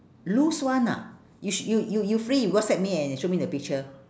loose one ah you sh~ you you you free you whatsapp me and show me the picture